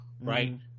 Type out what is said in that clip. right